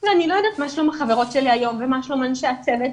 ואני לא יודעת מה שלום החברות שלי היום ומה שלום אנשי הצוות.